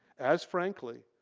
as frankly,